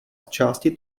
zčásti